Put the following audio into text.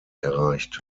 erreicht